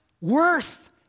worth